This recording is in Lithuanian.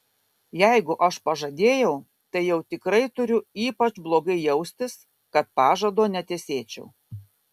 jeigu aš pažadėjau tai jau tikrai turiu ypač blogai jaustis kad pažado netesėčiau